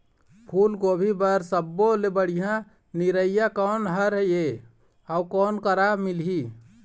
फूलगोभी बर सब्बो ले बढ़िया निरैया कोन हर ये अउ कोन करा मिलही?